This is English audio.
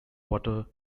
water